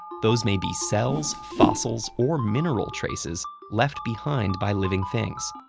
those may be cells, fossils, or mineral traces left behind by living things.